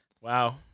Wow